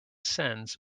sends